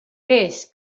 peix